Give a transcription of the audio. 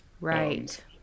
Right